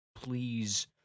please